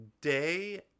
day